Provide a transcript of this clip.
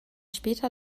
später